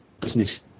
business